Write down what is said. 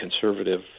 conservative